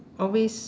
always